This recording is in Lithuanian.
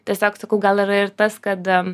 tiesiog sakau gal yra ir tas kad